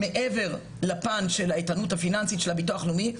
מעבר לפן של האיתנות הפיננסית של הביטוח הלאומי,